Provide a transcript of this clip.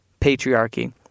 patriarchy